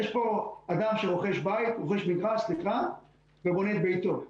יש פה אדם שרוכש מגרש ובונה את ביתו.